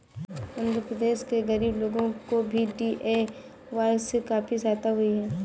आंध्र प्रदेश के गरीब लोगों को भी डी.ए.वाय से काफी सहायता हुई है